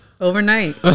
Overnight